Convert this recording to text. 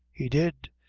he did.